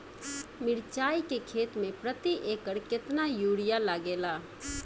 मिरचाई के खेती मे प्रति एकड़ केतना यूरिया लागे ला?